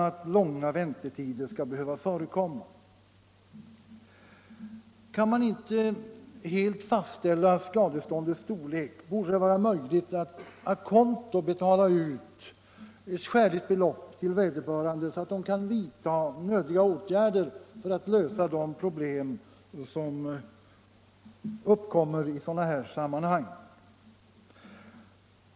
Kan man inte slutgiltigt fastställa skadeståndets storlek borde det vara möjligt att å conto betala ut ett skäligt belopp till vederbörande, så att han kan vidta nödiga åtgärder för att lösa de problem som uppkommer.